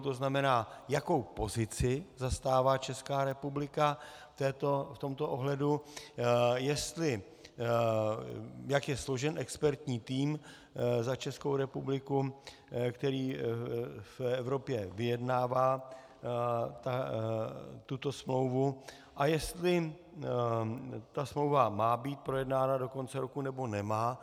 To znamená, jakou pozici zastává Česká republika v tomto ohledu, jak je složen expertní tým za Českou republiku, který v Evropě vyjednává tuto smlouvu, a jestli ta smlouva má být projednána do konce roku, nebo nemá.